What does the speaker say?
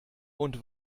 und